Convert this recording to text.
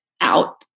out